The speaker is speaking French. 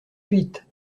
suite